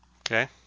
Okay